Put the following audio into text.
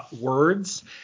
words